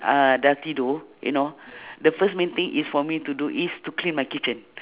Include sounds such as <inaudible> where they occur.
uh dah tidur you know <breath> the first main thing is for me to do is to clean my kitchen